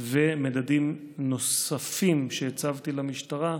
מדדים נוספים שהצבתי למשטרה,